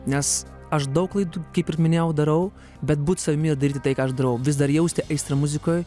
nes aš daug klaidų kaip ir minėjau darau bet būt savimi ir daryti tai ką aš darau vis dar jausti aistrą muzikoj